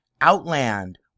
Outland